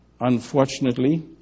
unfortunately